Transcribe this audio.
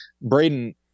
Braden